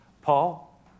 Paul